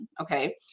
Okay